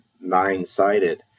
nine-sided